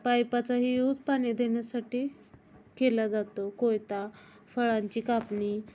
पाईपाचाही use पाणी देण्यासाठी केला जातो कोयता फळांची कापणी